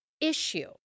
issue